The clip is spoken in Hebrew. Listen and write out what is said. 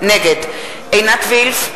נגד עינת וילף,